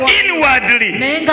inwardly